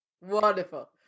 Wonderful